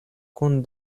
kun